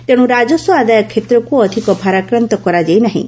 ତେଣୁ ରାଜସ୍ୱ ଆଦାୟ କ୍ଷେତ୍ରକୁ ଅଧିକ ଭାରାକ୍ରାନ୍ତ କରାଯାଇ ନାହିଁ